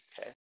okay